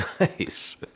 Nice